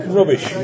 Rubbish